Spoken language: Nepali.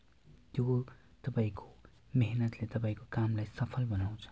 त्यो तपाईँको मेहनतले तपाईँको कामलाई सफल बनाउँछ